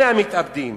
המתאבדים